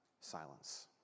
Silence